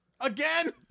again